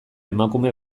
emakume